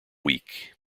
week